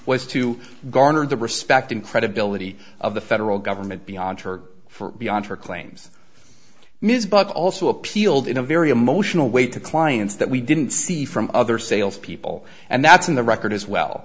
was to garner the respect and credibility of the federal government beyond her for beyond her claims ms but also appealed in a very emotional way to clients that we didn't see from other salespeople and that's on the record as well